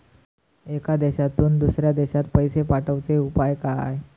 एका देशातून दुसऱ्या देशात पैसे पाठवचे उपाय काय?